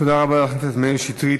תודה רבה לחבר הכנסת מאיר שטרית.